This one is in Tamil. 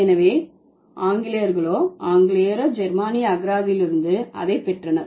எனவே ஆங்கிலேயர்களோ ஆங்கிலேயரோ ஜெர்மானிய அகராதியிலிருந்து அதை பெற்றனர்